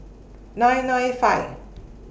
nine nine five